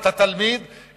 את התלמיד,